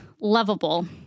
lovable